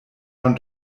man